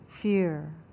fear